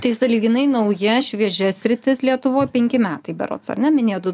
tai sąlyginai nauja šviežia sritis lietuvoj penki metai berods ar ne minėjot